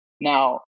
Now